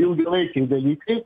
ilgalaikiai dalykai